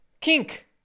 kink